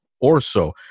Orso